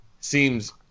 Seems